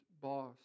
boss